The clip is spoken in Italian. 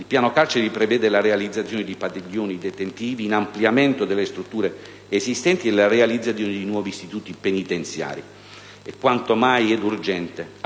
Tale piano prevede la realizzazione di padiglioni detentivi in ampliamento delle strutture esistenti e la realizzazione di nuovi istituti penitenziari. È quanto mai opportuno